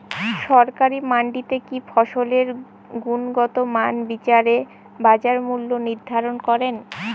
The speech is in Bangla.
সরকারি মান্ডিতে কি ফসলের গুনগতমান বিচারে বাজার মূল্য নির্ধারণ করেন?